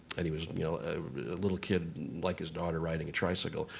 and he was a little kid like his daughter riding a tricycle.